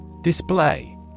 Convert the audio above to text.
Display